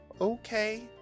okay